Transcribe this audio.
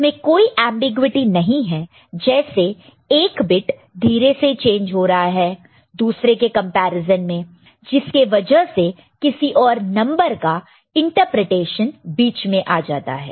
इसमें कोई ऐम्बिग्युइटि नहीं है जैसे एक बिट धीरे से चेंज हो रहा है दूसरे के कंपैरिजन में जिसके वजह से किसी और नंबर का इंटरप्रिटेशन बीच में आ जाता है